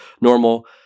normal